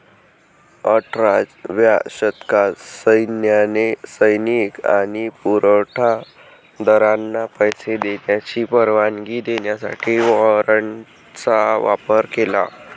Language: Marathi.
अठराव्या शतकात सैन्याने सैनिक आणि पुरवठा दारांना पैसे देण्याची परवानगी देण्यासाठी वॉरंटचा वापर केला